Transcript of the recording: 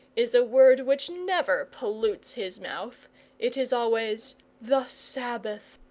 is a word which never pollutes his mouth it is always the sabbath.